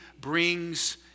brings